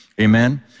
Amen